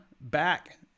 back